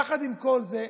יחד עם כל זה,